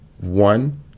one